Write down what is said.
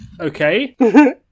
okay